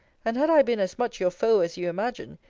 and had i been as much your foe, as you imagine,